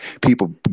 people